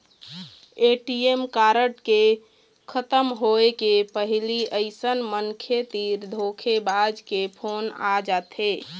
ATM card के खतम होए के पहिली अइसन मनखे तीर धोखेबाज के फोन आ जाथे